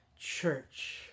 Church